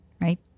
right